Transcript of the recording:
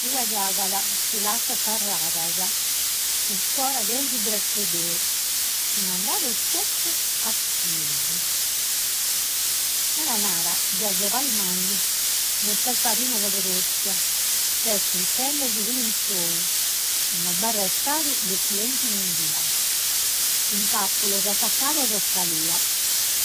Ue cagat si lassat sas ragas sun fora de 'onzi grascia 'e Deu. Sun andados totu a. Nara nara già so pali mannu, non ses farina 'e fagher'ostia, ses chirchende su pilu in s'ou. No b'at restadu de su entu. Sun tappulos attaccados a salia,